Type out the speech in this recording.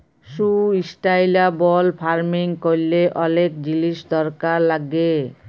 sustainable farming ক্যরলে অলেক জিলিস দরকার লাগ্যে